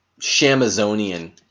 shamazonian